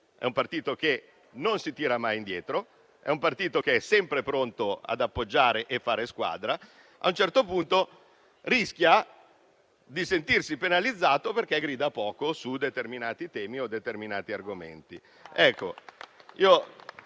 è un partito leale che non si tira mai indietro, sempre pronto ad appoggiare e fare squadra, a un certo punto rischia di sentirsi penalizzato perché grida poco su determinati temi o argomenti.